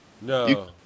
No